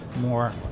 more